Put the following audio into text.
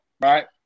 right